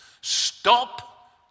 Stop